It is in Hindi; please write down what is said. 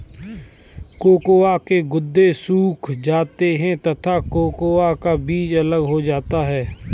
कोकोआ के गुदे सूख जाते हैं तथा कोकोआ का बीज अलग हो जाता है